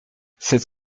cette